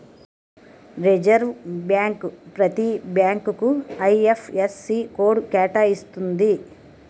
reserve bank ప్రతి బ్యాంకుకు IFSC code కేటాయిస్తుంది